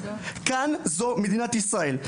כאן זו מדינת ישראל.